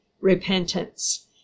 repentance